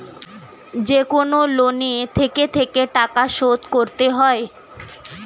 যেকনো লোনে থেকে থেকে টাকা শোধ করতে হয়